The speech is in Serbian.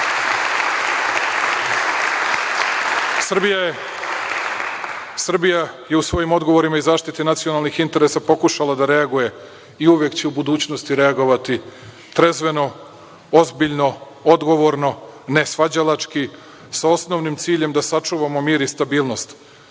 žrtava. Srbija je u svojim odgovorima i zaštiti nacionalnih interesa pokušala da reaguje i uvek će u budućnosti reagovati trezveno, ozbiljno, odgovorno, ne svađalački, sa osnovnim ciljem da sačuvamo mir i stabilnost.